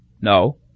No